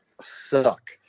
suck